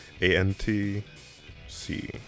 A-N-T-C